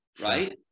right